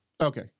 Okay